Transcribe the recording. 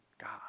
God